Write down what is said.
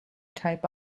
type